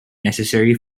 necessary